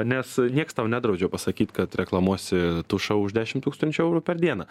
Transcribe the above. nes nieks tau nedraudžia pasakyt kad reklamuosi tušą už dešimt tūkstančių eurų per dieną